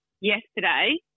yesterday